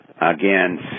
again